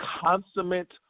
Consummate